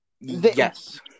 Yes